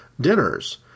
dinners